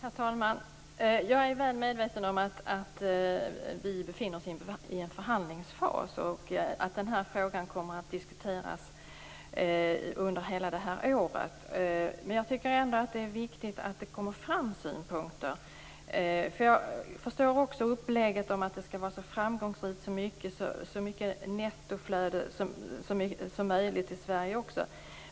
Herr talman! Jag är väl medveten om att vi befinner oss i en förhandlingsfas och att den här frågan kommer att diskuteras under hela det här året. Men jag tycker ändå att det är viktigt att det kommer fram synpunkter. Jag förstår även upplägget att det skall vara så framgångsrikt och så mycket nettoflöde som möjligt till Sverige också.